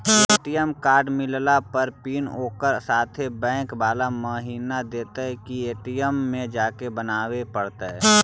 ATM card मिलला पर PIN ओकरे साथे बैक बाला महिना देतै कि ए.टी.एम में जाके बना बे पड़तै?